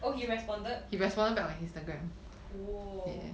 oh he responded cool